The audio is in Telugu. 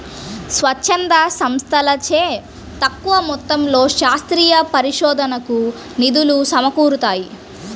స్వచ్ఛంద సంస్థలచే తక్కువ మొత్తంలో శాస్త్రీయ పరిశోధనకు నిధులు సమకూరుతాయి